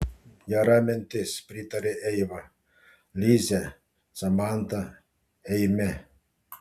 gera mintis pritarė eiva lize samanta eime